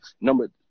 Number